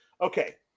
Okay